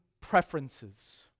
preferences